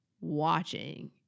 watching